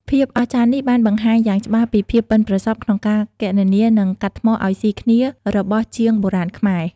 ភាពអស្ចារ្យនេះបានបង្ហាញយ៉ាងច្បាស់ពីភាពប៉ិនប្រសប់ក្នុងការគណនា និងកាត់ថ្មឱ្យស៊ីគ្នារបស់ជាងបុរាណខ្មែរ។